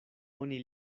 oni